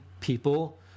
people